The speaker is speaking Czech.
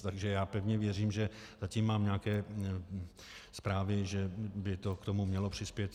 Takže pevně věřím, že zatím mám nějaké zprávy, že by to k tomu mělo přispět.